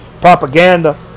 propaganda